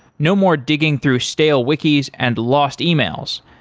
no more digging through stale wikis and lost emails.